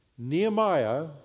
Nehemiah